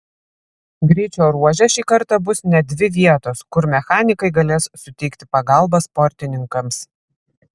greičio ruože šį kartą bus net dvi vietos kur mechanikai galės suteikti pagalbą sportininkams